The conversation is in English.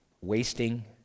wasting